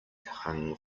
hung